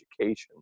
education